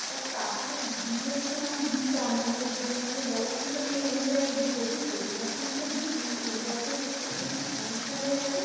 আর টাকাটা দিয়ে তো আমি দিতাম মানে যেভাবে বলা ছিল সেই অনুযায়ীই দিই দেখুন প্রতি বছরই তো দিই কিন্তু এই বছর হচ্ছে আমার একটু সমস্যা হয়ে গেছে